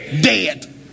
Dead